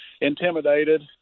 intimidated